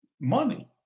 Money